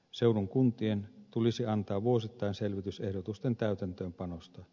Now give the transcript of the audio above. seudun kuntien tulisi antaa vuosittain selvitys ehdotusten täytäntöönpanosta